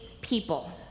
people